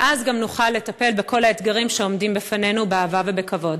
ואז גם נוכל לטפל בכל האתגרים שעומדים בפנינו באהבה ובכבוד.